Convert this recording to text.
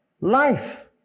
life